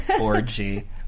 Orgy